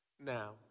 Now